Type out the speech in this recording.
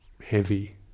heavy